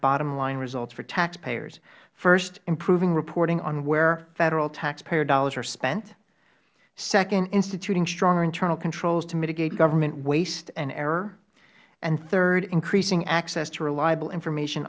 bottom line results for taxpayers first improving reporting on where federal taxpayer dollars are spent second instituting stronger internal controls to mitigate government waste and error and third increasing access to reliable information